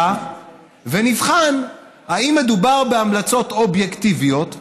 ונבחן אם מדובר בהמלצות אובייקטיביות,